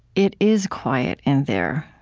it is quiet in there.